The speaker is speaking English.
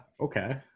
okay